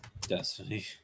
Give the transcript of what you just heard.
Destiny